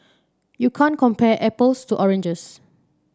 you can't compare apples to oranges